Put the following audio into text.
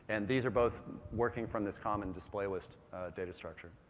and these are both working from this common display list data structure.